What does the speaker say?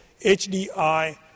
HDI